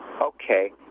Okay